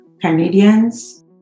Canadians